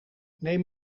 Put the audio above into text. neem